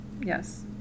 Yes